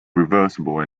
reversible